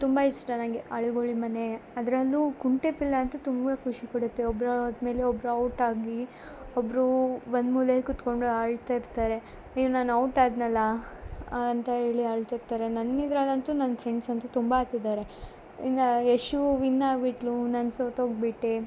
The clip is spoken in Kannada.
ತುಂಬ ಇಷ್ಟ ನನಗೆ ಅಳ್ಗುಳಿ ಮನೆ ಅದರಲ್ಲೂ ಕುಂಟೆಪಿಲ್ಲೆ ಅಂತು ತುಂಬ ಖುಷಿ ಕೊಡುತ್ತೆ ಒಬ್ರ ಆದ್ಮೇಲೆ ಒಬ್ರ ಔಟಾಗಿ ಒಬ್ಬರು ಬಂದು ಮೂಲೇಲಿ ಕುತ್ಕೊಂಡು ಅಳ್ತಾ ಇರ್ತಾರೆ ಏ ನಾನು ಔಟ್ ಆದ್ನಲ್ಲ ಅಂತ ಹೇಳಿ ಅಳ್ತಿರ್ತರೆ ನನ್ನಿದ್ರಲ್ಲಿ ಅಂತು ನನ್ನ ಫ್ರೆಂಡ್ಸ್ ಅಂತು ತುಂಬ ಅತ್ತಿದ್ದಾರೆ ಇನ್ನ ಯಶು ವಿನ್ ಆಗ್ಬಿಟ್ಟಳು ನಾನು ಸೋತೊಗ್ಬಿಟ್ಟೆ